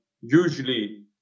usually